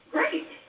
Great